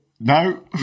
No